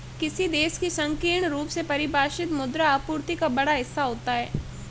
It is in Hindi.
किसी देश की संकीर्ण रूप से परिभाषित मुद्रा आपूर्ति का बड़ा हिस्सा होता है